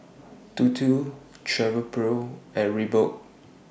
Dodo Travelpro and Reebok